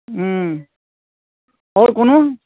हुँ आओर कोनो